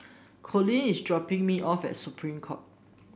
Colin is dropping me off at Supreme Court